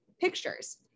pictures